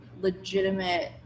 legitimate